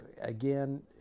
again